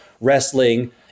wrestling